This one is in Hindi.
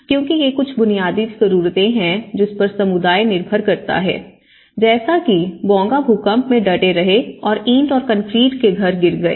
क्योंकि ये कुछ बुनियादी जरूरतें हैं जिस पर समुदाय निर्भर करता है जैसा कि बोंगा भूकंप में डटे रहे और ईंट और कंक्रीट के घर गिर गए